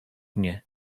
mnie